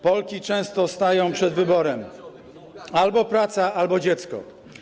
Polki często stają przed wyborem: albo praca, albo dziecko.